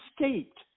escaped